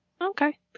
Okay